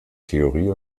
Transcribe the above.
theorie